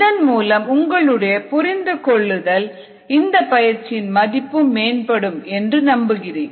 இதன் மூலம் உங்களுடைய புரிந்து கொள்ளுதலும் இந்த பயிற்சியின் மதிப்பும் மேம்படும் என்று நம்புகிறேன்